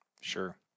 Sure